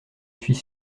suis